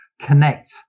connect